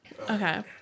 Okay